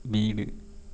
வீடு